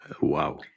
Wow